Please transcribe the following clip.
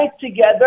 together